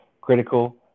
critical